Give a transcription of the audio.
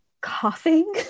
coughing